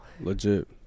Legit